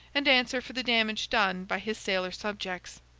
and answer for the damage done by his sailor subjects.